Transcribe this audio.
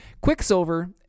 Quicksilver